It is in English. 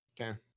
Okay